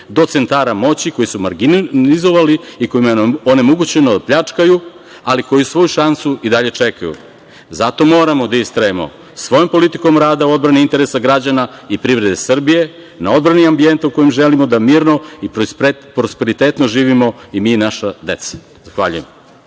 do centara moći koji su marginalizovali i kojima je onemogućeno da pljačkaju, ali koji svoju šansu i dalje čekaju. Zato moramo da istrajemo svojom politikom rada u odbrani interesa građana i privrede Srbije na odbrani ambijenta u kojem želimo da mirno i prosperitetno živimo i mi i naša deca. Zahvaljujem.